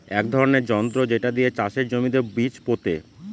এক ধরনের যন্ত্র যেটা দিয়ে চাষের জমিতে বীজ পোতে